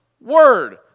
word